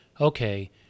okay